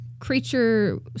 creature